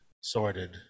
Sorted